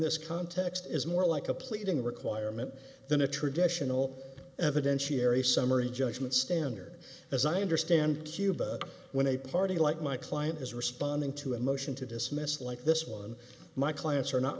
this context is more like a pleading requirement than a traditional evidentiary summary judgment standard as i understand cuba when a party like my client is responding to a motion to dismiss like this one my clients are not